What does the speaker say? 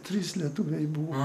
trys lietuviai buvo